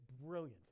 brilliant